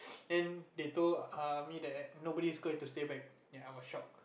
and they told err me that nobody is going to stay back and I was shock